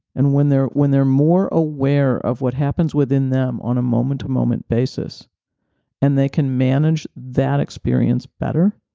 and when they're when they're more aware of what happens within them on a moment to moment basis and they can manage that experience better,